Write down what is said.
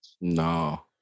No